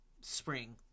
spring